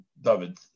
David